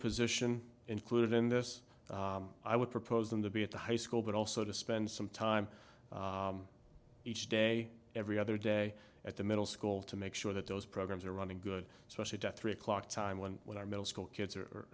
position included in this i would propose them to be at the high school but also to spend some time each day every other day at the middle school to make sure that those programs are running good social death three o'clock time when what are middle school kids are